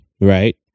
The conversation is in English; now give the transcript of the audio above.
right